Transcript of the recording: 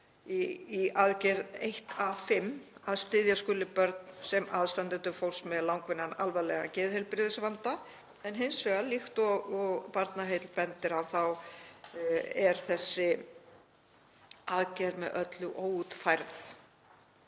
í aðgerð 1.A.5., að styðja skuli börn sem eru aðstandendur fólks með langvinnan alvarlegan geðheilbrigðisvanda en hins vegar, líkt og Barnaheill benda á, er þessi aðgerð með öllu óútfærð